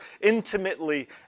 intimately